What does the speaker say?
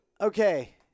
Okay